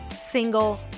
single